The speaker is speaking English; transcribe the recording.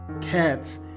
cats